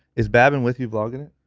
is babin with you vlogging it?